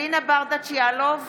אלינה ברדץ' יאלוב,